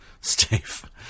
Steve